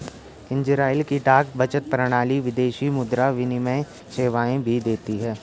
Israel की डाक बचत प्रणाली विदेशी मुद्रा विनिमय सेवाएं भी देती है